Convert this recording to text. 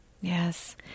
Yes